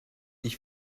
dich